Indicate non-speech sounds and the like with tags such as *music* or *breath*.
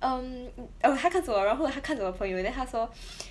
um m~ oh 他看着我然后他看着我朋友 then 他说 *breath*